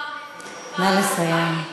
נא לסיים.